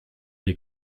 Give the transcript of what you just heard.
des